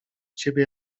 ciebie